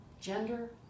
gender